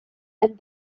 and